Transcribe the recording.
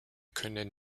können